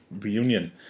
Reunion